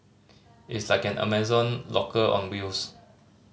it's like an Amazon locker on wheels